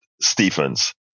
Stephens